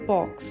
Box